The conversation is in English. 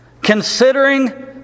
Considering